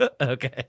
Okay